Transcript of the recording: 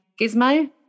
Gizmo